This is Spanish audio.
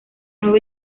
nuevo